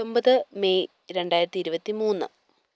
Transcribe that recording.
പത്തൊൻപത് മെയ് രണ്ടായിരത്തി ഇരുപത്തിമൂന്ന്